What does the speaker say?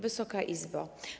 Wysoka Izbo!